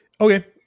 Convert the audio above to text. Okay